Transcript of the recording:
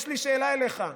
יש לי שאלה אליך: